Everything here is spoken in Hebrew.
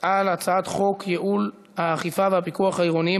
על הצעת חוק ייעול האכיפה והפיקוח העירוניים